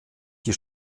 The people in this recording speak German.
die